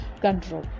control